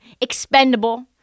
expendable